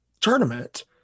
tournament